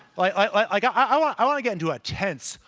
like, i want i want to get into a tense,